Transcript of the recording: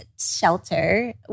shelter